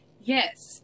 Yes